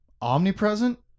omnipresent